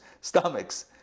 stomachs